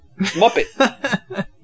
Muppet